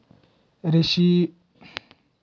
रेशमना किडा पाळीन बराच शेतकरी रेशीमनं उत्पादन लेतस